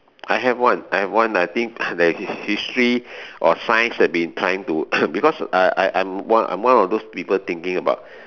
I have one I have one I think that history or science that been trying to because uh I I I I'm one of those people thinking about